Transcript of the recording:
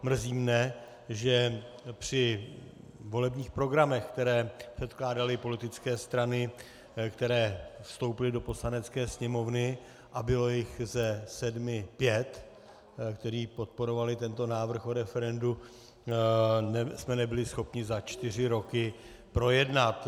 Mrzí mě, že při volebních programech, které předkládaly politické strany, které vstoupily do Poslanecké sněmovny, a bylo jich ze sedmi pět, které podporovaly tento návrh o referendu, jsme nebyli schopni za čtyři roky projednat.